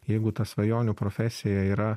jeigu ta svajonių profesija yra